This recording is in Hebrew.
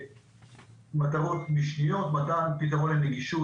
מטרות משניות מתן פתרון לנגישות,